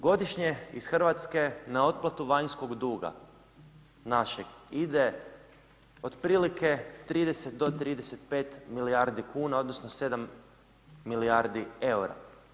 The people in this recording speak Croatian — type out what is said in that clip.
Godišnje iz Hrvatske na otplatu vanjskog duga našeg ide otprilike 30 do 35 milijardi kuna odnosno 7 milijardi eura.